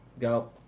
Go